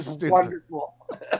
wonderful